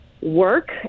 work